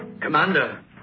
Commander